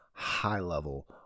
high-level